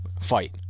fight